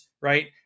right